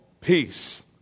peace